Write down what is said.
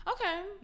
Okay